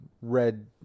red